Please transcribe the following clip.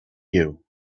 you